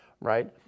right